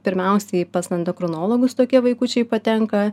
pirmiausiai pas endokrinologus tokie vaikučiai patenka